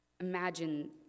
Imagine